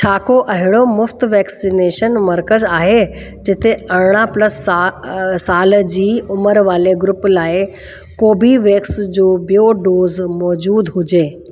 छा को अहिड़ो मुफ़्तु वैक्सनेशन मर्कज़ु आहे जिते अरिड़हां प्लस सा साल जी उमिरि वारे ग्रूप लाइ कोबीवैक्स जो ॿियो डोज़ मौजूदु हुजे